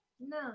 No